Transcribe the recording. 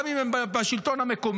גם אם הם בשלטון המקומי,